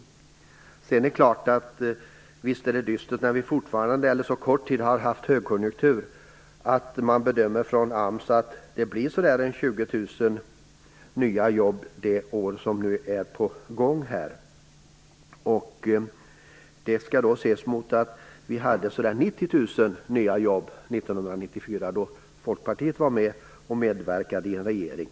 Visst är det vidare dystert att man från AMS, efter det att vi så kort tid har haft högkonjunktur, bedömer att det blir ungefär 20 000 nya jobb under innevarande år. Detta skall ses mot att vi hade ca 90 000 nya jobb år 1994, då Folkpartiet hade medverkat i en regering.